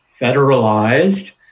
federalized